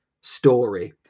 story